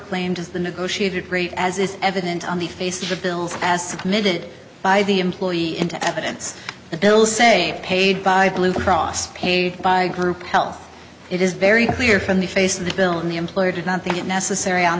claimed as the negotiated rate as is evident on the face the bills as submitted by the employee into evidence the bill say paid by blue cross paid by a group health it is very clear from the face of the bill in the employer did not think it necessary on